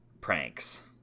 pranks